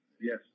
Yes